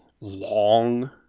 long